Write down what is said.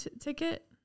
ticket